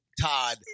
Todd